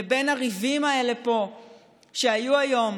לבין הריבים האלה שהיו פה היום